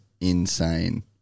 insane